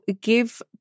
give